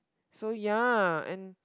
so ya and